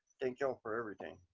thank you all for everything.